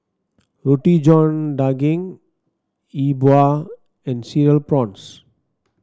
Roti John Daging Yi Bua and Cereal Prawns